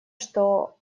что